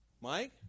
Mike